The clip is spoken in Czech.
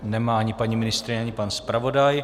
Nemá ani paní ministryně ani pan zpravodaj.